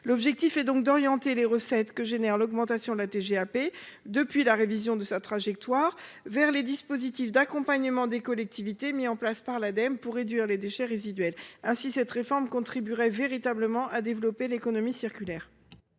Le but est d’orienter les recettes issues de l’augmentation de la TGAP depuis la révision de sa trajectoire vers les dispositifs d’accompagnement des collectivités territoriales mis en place par l’Ademe pour réduire les déchets résiduels. Ainsi, cette réforme contribuerait véritablement à développer l’économie circulaire.